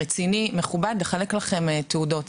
רציני ומכובד ולחלק לכם תעודות,